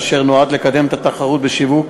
אשר נועד לקדם את התחרות בשיווק